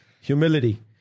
Humility